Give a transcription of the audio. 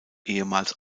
ehemals